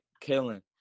killing